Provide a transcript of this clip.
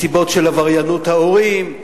מסיבות של עבריינות ההורים,